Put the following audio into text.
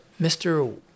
Mr